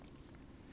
how's your dog